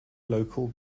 local